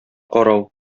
карау